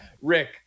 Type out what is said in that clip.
Rick